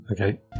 Okay